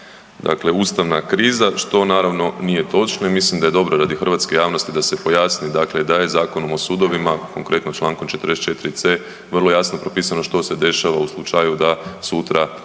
dakle ustavna kriza, što naravno nije točno i mislim da je dobro radi hrvatske javnosti da se pojasni dakle da je Zakonom o sudovima, konkretno čl. 44.c. vrlo jasno propisano što se dešava u slučaju da sutra